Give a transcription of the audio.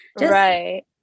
Right